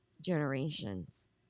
generations